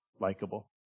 Likable